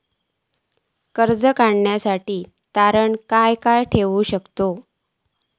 कर्ज काढूसाठी तारण काय काय ठेवू शकतव?